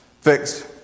fixed